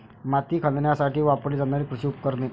माती खणण्यासाठी वापरली जाणारी कृषी उपकरणे